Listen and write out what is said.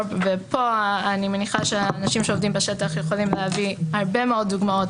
ופה אני מניחה שהאנשים שעובדים בשטח יכולים להביא הרבה דוגמאות